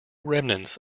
remnants